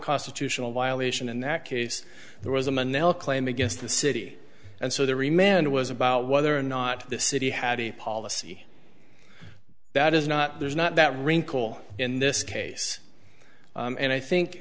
constitutional violation in that case there was a manila claim against the city and so the remained was about whether or not the city had a policy that is not there's not that wrinkle in this case and i think